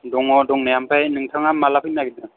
दङ' दंनाया ओमफ्राय नोंथाङा माब्ला फैनो नागेरदों